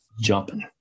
jumping